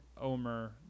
omer